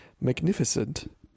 magnificent